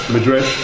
Madrid